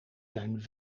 zijn